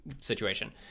situation